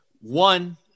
One